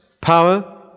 power